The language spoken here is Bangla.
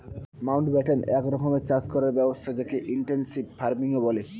মাউন্টব্যাটেন এক রকমের চাষ করার ব্যবস্থা যকে ইনটেনসিভ ফার্মিংও বলে